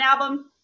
album